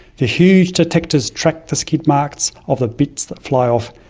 the huge detectors track the skid marks of the bits that fly off.